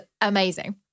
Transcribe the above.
amazing